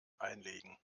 einlegen